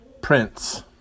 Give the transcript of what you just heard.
Prince